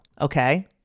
okay